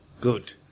Good